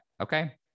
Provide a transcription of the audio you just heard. okay